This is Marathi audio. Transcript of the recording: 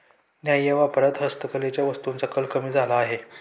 न्याय्य व्यापारात हस्तकलेच्या वस्तूंचा कल कमी झाला आहे